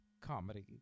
comedy